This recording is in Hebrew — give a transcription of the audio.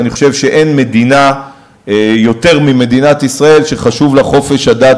ואני חושב שאין מדינה שחשוב לה חופש הדת